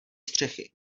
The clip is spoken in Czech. střechy